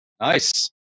Nice